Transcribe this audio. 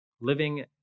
living